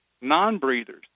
non-breathers